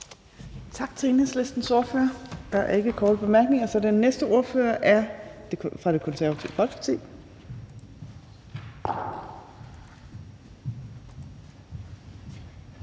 Tak til Enhedslistens ordfører. Der er ikke korte bemærkninger. Den næste ordfører er fra Det Konservative Folkeparti.